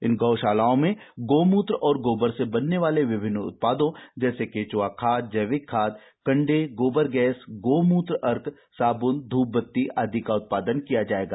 इन गौशालाओं में गोमूत्र और गोबर से बनने वाले विभिन्न उत्पादों जैसे केचुआ खाद जैविक खाद कंडे गोबर गैस गोमूत्र अर्क साबुन ध्रपबत्ती का उत्पादन किया जाएगा